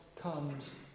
comes